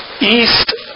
east